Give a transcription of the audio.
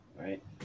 right